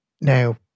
now